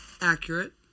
Accurate